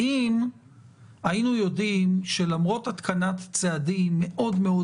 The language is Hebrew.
אם היינו יודעים שלמרות התקנת צעדים מאוד-מאוד